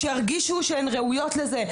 שירגישו שהן ראויות לזה,